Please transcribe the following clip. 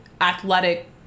athletic